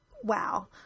wow